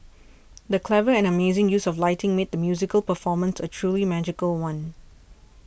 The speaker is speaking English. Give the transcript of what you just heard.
the clever and amazing use of lighting made the musical performance a truly magical one